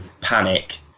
panic